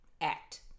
act